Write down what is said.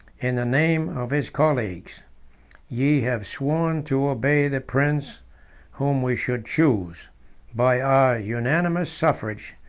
in the name of his colleagues ye have sworn to obey the prince whom we should choose by our unanimous suffrage,